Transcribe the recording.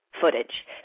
footage